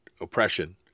oppression